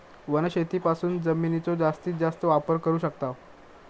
वनशेतीपासून जमिनीचो जास्तीस जास्त वापर करू शकताव